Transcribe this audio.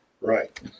Right